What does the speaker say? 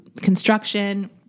construction